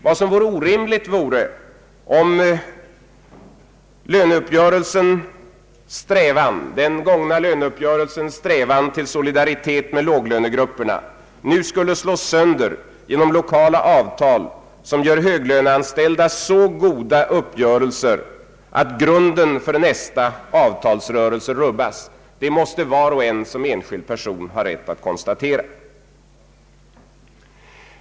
Det vore orimligt om den gångna löneuppgörelsens strävan till solidaritet med låglönegrupperna nu skulle slås sönder genom lokala avtal, som ger de höglöneanställda så goda uppgörelser att grunden för nästa avtalsrörelse rubbas. Det måste var och en såsom enskild person ha rätt att konstatera.